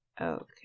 okay